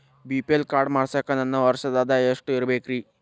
BPL card ಮಾಡ್ಸಾಕ ನನ್ನ ವರ್ಷದ್ ಆದಾಯ ಎಷ್ಟ ಇರಬೇಕ್ರಿ?